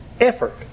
effort